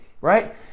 right